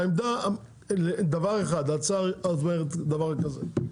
עמדה, דבר אחד, זאת אומרת דבר כזה: